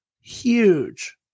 huge